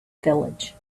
village